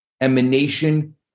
emanation